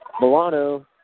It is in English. Milano